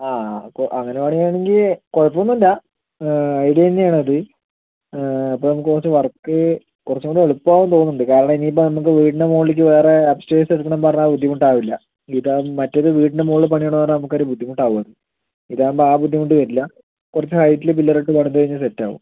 ആ അപ്പോൾ അങ്ങനെ പണിയുകയാണെങ്കിൽ കുഴപ്പമൊന്നുമില്ല ഐഡിയ തന്നെയാണ് അത് അപ്പം നമുക്ക് കുറച്ച് വർക്ക് കുറച്ചും കൂടി എളുപ്പമാകുമെന്ന് തോന്നുന്നുണ്ട് കാരണം ഇനിയിപ്പോൾ നമുക്ക് വീടിൻ്റെ മുകളിലേക്ക് വേറെ അപ്പ്സ്റ്റേഴ്സ് എടുക്കണമെന്ന് പറഞ്ഞാൽ അത് ബുദ്ധിമുട്ടാവില്ല ഇതാ മറ്റേത് വീടിൻ്റെ മുകളിൽ പണിയണം പറഞ്ഞാൽ നമുക്കൊരു ബുദ്ധിമുട്ടാകും അത് ഇതാകുമ്പോൾ ആ ബുദ്ധിമുട്ട് വരില്ല കുറച്ച് ഹൈറ്റിൽ പില്ലറിട്ട് പണിത് കഴിഞ്ഞാൽ സെറ്റാകും